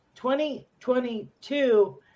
2022